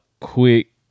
quick